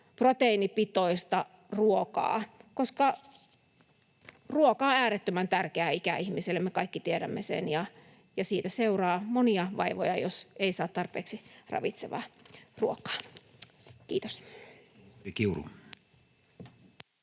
proteiinipitoista ruokaa, koska ruoka on äärettömän tärkeää ikäihmisille. Me kaikki tiedämme sen, ja siitä seuraa monia vaivoja, jos ei saa tarpeeksi ravitsevaa ruokaa. — Kiitos.